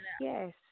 Yes